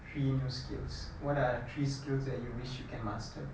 three new skills what are three skills that you wish you can master